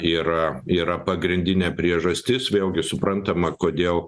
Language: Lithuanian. yra yra pagrindinė priežastis vėlgi suprantama kodėl